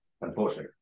unfortunately